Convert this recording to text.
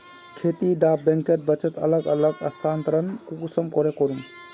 खेती डा बैंकेर बचत अलग अलग स्थानंतरण कुंसम करे करूम?